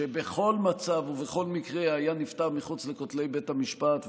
שבכל מצב ובכל מקרה היה נפתר מחוץ לכותלי בית המשפט,